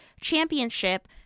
championship